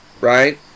right